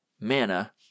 Mana